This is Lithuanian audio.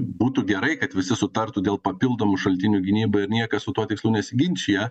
būtų gerai kad visi sutartų dėl papildomų šaltinių gynybai ir niekas su tuo tikslu nesiginčija